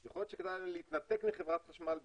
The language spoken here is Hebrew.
יכול להיות שכדאי להתנתק מחברת חשמל,